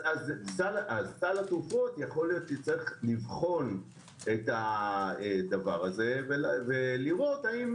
סל התרופות יכול להיות שיצטרך לבחון את זה ולראות האם